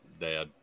dad